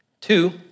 Two